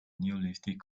neolithic